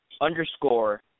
underscore